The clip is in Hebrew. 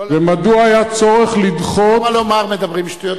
ומדוע היה צורך לדחות, למה לומר מדברים שטויות?